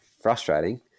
frustrating